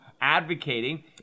advocating